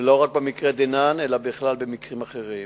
ולא רק במקרה דנן אלא בכלל במקרים אחרים.